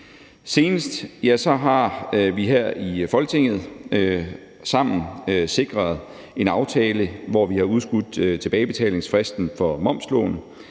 Senest har vi her i Folketinget sammen sikret en aftale, hvor vi har udskudt tilbagebetalingsfristen for momslån,